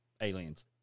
aliens